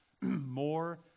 more